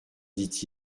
dit